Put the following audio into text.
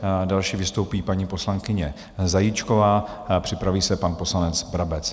Jako další vystoupí paní poslankyně Zajíčková a připraví se pan poslanec Brabec.